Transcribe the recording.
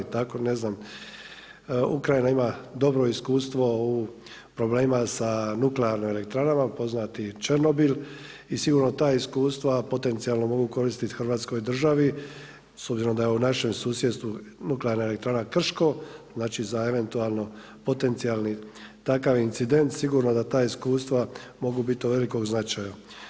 Tako ne znam Ukrajina ima dobro iskustvo u problemima sa nuklearnim elektranama, poznati Černobil i sigurno ta iskustva potencijalno mogu koristiti Hrvatskoj državi s obzirom da je u našem susjedstvu Nuklearna elektrana Krško, znači za eventualno potencijalni takav incident sigurno da ta iskustva mogu biti od velikog značaja.